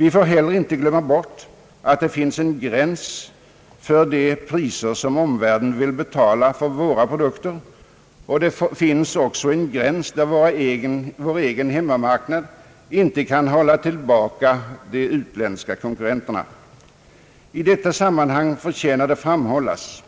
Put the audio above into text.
Vi får heller inte glömma bort, att det finns en gräns för de priser som omvärlden vill betala för våra produkter och att det också finns en gräns där vår egen hemmamarknad inte kan hålla tillbaka de utländska konkurrenterna. I detta sammanhang förtjänar det framhållas,